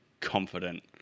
confident